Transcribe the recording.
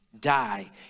die